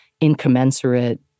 incommensurate